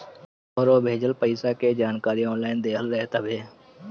तोहरो भेजल पईसा के जानकारी ऑनलाइन देहल रहत हवे